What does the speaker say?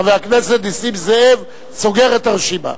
חבר הכנסת נסים זאב סוגר את הרשימה.